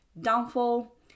downfall